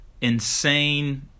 insane